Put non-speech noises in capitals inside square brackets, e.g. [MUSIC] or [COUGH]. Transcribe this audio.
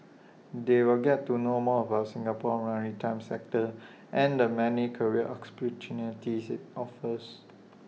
they'll get to know more about Singapore's maritime sector and the many career [UNINTELLIGIBLE] IT offers